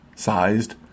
Sized